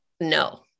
no